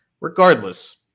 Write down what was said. regardless